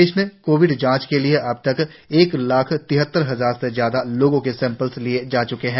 प्रदेश में कोविड जांच के लिए अब तक एक लाख तिहत्तर हजार से ज्यादा लोगों के सैंपल लिए जा च्के हैं